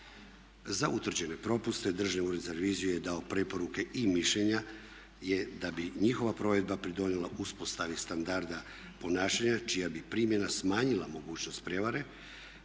Za utvrđene propuste Državni ured za reviziju je dao preporuke i mišljenja je da bi njihova provedba pridonijela uspostavi standarda ponašanja čija bi primjena smanjila mogućnost prijevare,